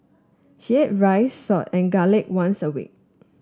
she ate rice salt and garlic once a week